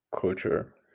culture